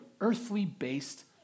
earthly-based